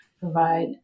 provide